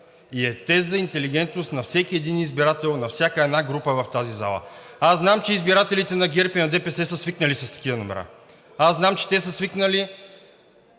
и е тест за интелигентност на всеки един избирател, на всяка една група в тази зала. Аз знам, че избирателите на ГЕРБ и на ДПС са свикнали с такива номера. Аз знам, че те са свикнали